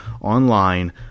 online